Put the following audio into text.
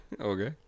Okay